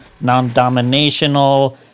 non-dominational